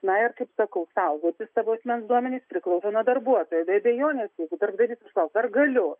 na ir kaip sakau saugoti savo asmens duomenis priklauso nuo darbuotojo abejonės jeigu darbdavys klaus ar galiu